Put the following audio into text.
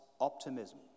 optimism